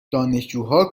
دانشجوها